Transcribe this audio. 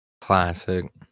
Classic